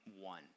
One